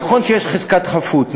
נכון שיש חזקת חפות,